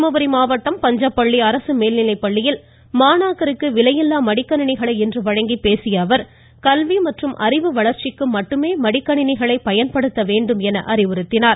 தர்மபுரி மாவட்டம் பஞ்சப்பள்ளி அரசு மேல்நிலைப்பள்ளியில் மாணாக்கருக்கு விலையில்லா மடிக்கணிணிகளை இன்று வழங்கி பேசிய அவர் கல்வி மற்றும் அறிவு வளர்ச்சிக்கு மட்டுமே மடிக்கணிணிகளை பயன்படுத்த வேண்டும் என அறிவுறுத்தினார்